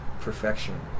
perfection